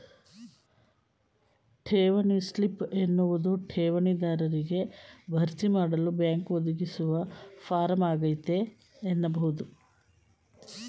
ಠೇವಣಿ ಸ್ಲಿಪ್ ಎನ್ನುವುದು ಠೇವಣಿ ದಾರರಿಗೆ ಭರ್ತಿಮಾಡಲು ಬ್ಯಾಂಕ್ ಒದಗಿಸುವ ಫಾರಂ ಆಗೈತೆ ಎನ್ನಬಹುದು